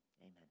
Amen